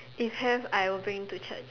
if have I will bring to Church